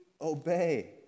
obey